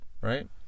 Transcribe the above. Right